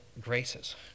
graces